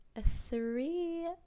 three